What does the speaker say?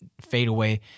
fadeaway